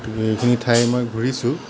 গতিকে এইখিনি ঠাই মই ঘূৰিছোঁ